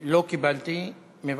לא קיבלתי.